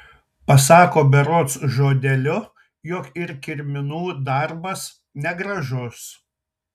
pasako berods žodeliu jog ir kirminų darbas negražus